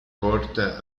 porta